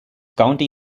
county